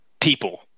people